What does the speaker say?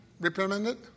reprimanded